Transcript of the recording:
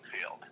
field